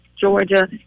Georgia